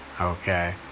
Okay